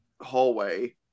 hallway